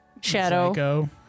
Shadow